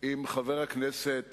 עם חבר הכנסת